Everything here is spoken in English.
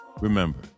remember